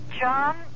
John